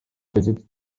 besitzt